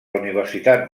universitat